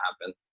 happen